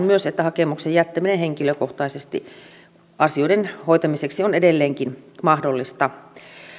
myös että hakemuksen jättäminen henkilökohtaisesti asioiden hoitamiseksi on edelleenkin mahdollista